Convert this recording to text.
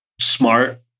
smart